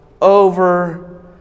over